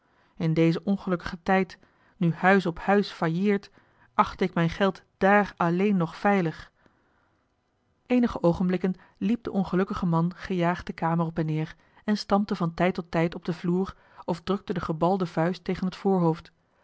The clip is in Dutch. in dezen ongelukkigen tijd nu huis op huis failleert achtte ik mijn geld daar alleen nog veilig eenige oogenblikken liep de ongelukkige man gejaagd de kamer op en neer en stampte van tijd tot tijd op den vloer of drukte de gebalde vuist tegen het voorhoofd